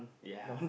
ya